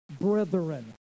brethren